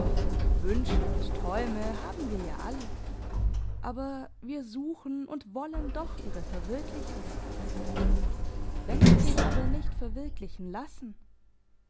wünsche und träume haben wir ja alle aber wir suchen und wollen doch ihre verwirklichung wenn sie sich aber nicht verwirklichen lassen